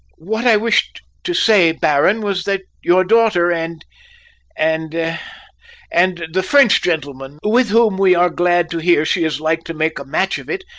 what i wished to say, baron, was that your daughter and and and the french gentleman, with whom we are glad to hear she is like to make a match of it,